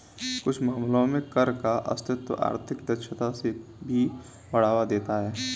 कुछ मामलों में कर का अस्तित्व आर्थिक दक्षता को भी बढ़ावा देता है